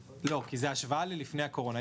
לא, כי זאת השוואה לתקופה שלפני הקורונה.